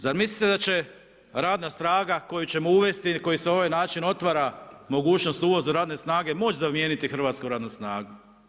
Zar mislite da će radna snaga koju ćemo uvesti i koji se na ovaj način otvara mogućnost uvoza radne snage moći zamijeniti hrvatsku radnu snagu?